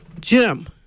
Jim